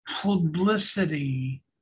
publicity